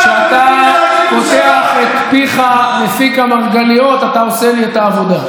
כשאתה פותח את פיך מפיק המרגליות אתה עושה לי את העבודה,